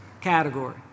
category